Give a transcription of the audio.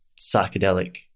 psychedelic